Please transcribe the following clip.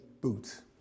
boots